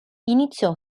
iniziò